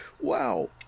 Wow